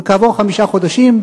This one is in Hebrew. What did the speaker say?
וכעבור חמישה חודשים,